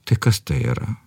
tai kas tai yra